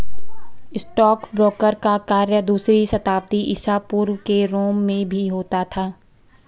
stockbroker का कार्य दूसरी शताब्दी ईसा पूर्व के रोम में भी होता था